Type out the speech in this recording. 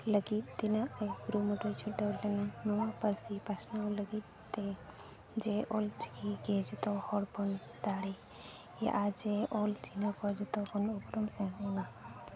ᱞᱟᱹᱜᱤᱫ ᱛᱤᱱᱟᱹᱜ ᱠᱩᱨᱩᱢᱩᱴᱩᱭ ᱪᱷᱩᱴᱟᱹᱣ ᱞᱮᱱᱟ ᱱᱚᱣᱟ ᱯᱟᱹᱨᱥᱤ ᱯᱟᱥᱱᱟᱣ ᱞᱟᱹᱜᱤᱫᱼᱛᱮ ᱡᱮ ᱚᱞᱪᱤᱠᱤᱜᱮ ᱡᱚᱛᱚ ᱦᱚᱲᱵᱚᱱ ᱫᱟᱲᱮᱭᱟᱜᱼᱟ ᱡᱮ ᱚᱞ ᱪᱤᱱᱦᱟᱹ ᱠᱚ ᱡᱚᱛᱚᱠᱷᱚᱱ ᱩᱯᱨᱩᱢ